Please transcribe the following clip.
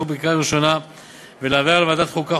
בקריאה ראשונה ולהעבירה לוועדת החוקה,